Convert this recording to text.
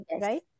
right